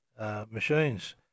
Machines